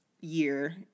year